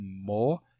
more